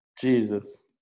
Jesus